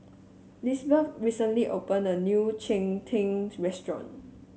Lisbeth recently opened a new Cheng Tng restaurant